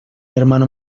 hermano